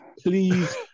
please